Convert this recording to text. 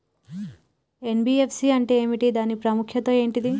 NBFC అంటే ఏమిటి దాని ప్రాముఖ్యత ఏంటిది?